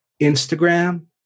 Instagram